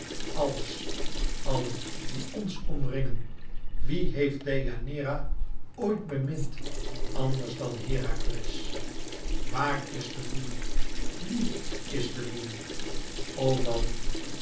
àlles allen die ons omringen wien heeft deianeira ooit bemind anders dan herakles waàr is de boel wiè is de boel o man